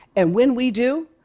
and when we do,